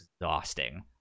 exhausting